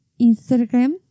Instagram